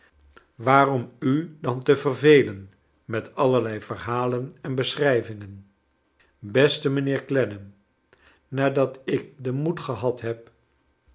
waarom u dan te vervelen met allerlei verhalen en beschrijvingen beste mijnheer clennam nadat ik den moed gehad heb